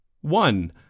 one